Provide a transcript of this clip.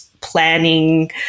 planning